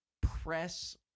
press